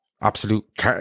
absolute